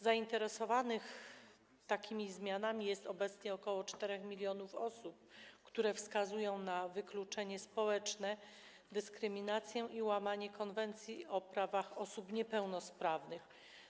Zainteresowanych takimi zmianami jest obecnie około 4 mln osób wskazujących na wykluczenie społeczne, dyskryminację i łamanie konwencji o prawach osób niepełnosprawnych.